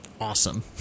awesome